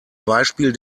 beispiel